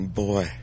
boy